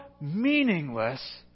meaningless